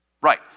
Right